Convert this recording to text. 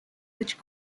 which